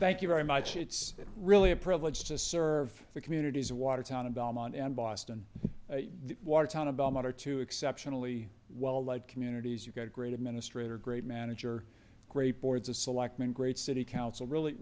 thank you very much it's really a privilege to serve the communities of watertown and belmont and boston watertown about matter to exceptionally well like communities you've got a great administrator great manager great boards of selectmen great city council really